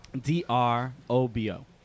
D-R-O-B-O